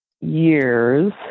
years